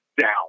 down